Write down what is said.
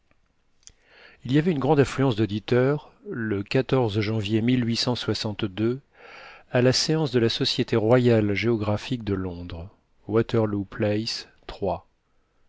il y avait une grande affluence d'auditeurs le janvier à la séance de la société royale géographique de londres waterloo place